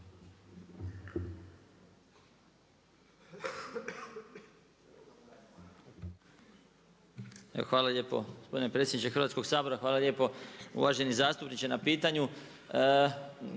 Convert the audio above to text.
hvala lijepo, gospodine predsjedniče Hrvatskog sabora, hvala lijepo uvaženi zastupniče na pitanju.